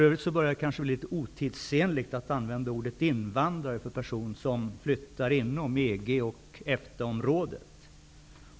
Det börjar för övrigt bli otidsenligt att använda ordet invandrare för person som flyttar inom EG och EFTA-området.